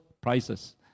prices